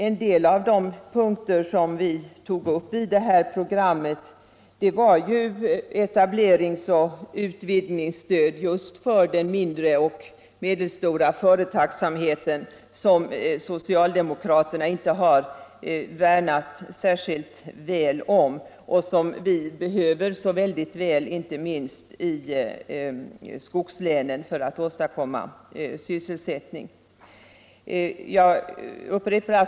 En av de punkter som vi tog upp i vårt program gällde etableringsoch utvidgningsstöd för just den mindre och medelstora företagsamheten, vilken socialdemokraterna inte värnat särskilt väl om men som vi behöver så väl, inte minst i skogslänen för att åstadkomma sysselsättning.